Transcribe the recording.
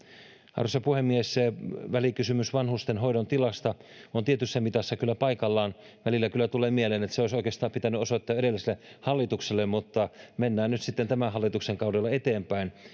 arvoisa puhemies välikysymys vanhustenhoidon tilasta on tietyssä mitassa kyllä paikallaan välillä kyllä tulee mieleen että se olisi oikeastaan pitänyt osoittaa jo edelliselle hallitukselle mutta mennään nyt sitten tämän hallituksen kaudella eteenpäin